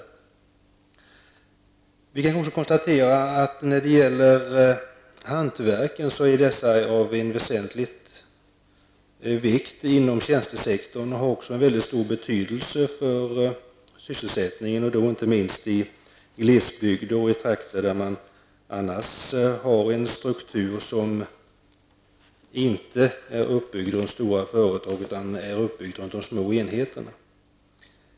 Det kan vidare konstateras att olika hantverk är av stor vikt för tjänstesektorn. De har också stor betydelse för sysselsättningen, inte minst i glesbygd och i trakter med en struktur som inte är uppbyggd kring stora företag utan kring små enheter.